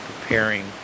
preparing